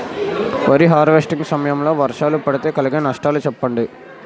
వరి హార్వెస్టింగ్ సమయం లో వర్షాలు పడితే కలిగే నష్టాలు చెప్పండి?